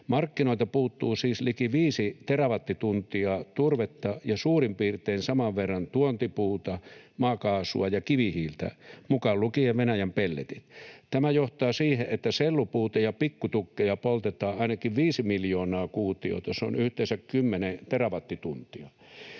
Markkinoilta puuttuu siis liki viisi terawattituntia turvetta ja suurin piirtein saman verran tuontipuuta, maakaasua ja kivihiiltä, mukaan lukien Venäjän pelletit. Tämä johtaa siihen, että sellupuuta ja pikkutukkeja poltetaan ainakin viisi miljoonaa kuutiota — se on yhteensä kymmenen terawattituntia.